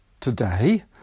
today